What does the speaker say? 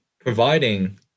providing